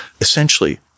essentially